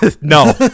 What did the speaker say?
No